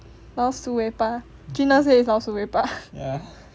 老鼠尾巴 gina say is 老鼠尾巴